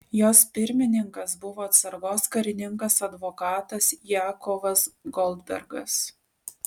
jos pirmininkas buvo atsargos karininkas advokatas jakovas goldbergas